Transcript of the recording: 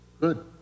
good